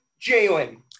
Jalen